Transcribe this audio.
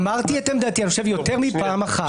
אמרתי את עמדתי, אני חושב יותר מפעם אחת.